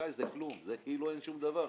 שי, זה כלום, זה כאילו אין שום דבר,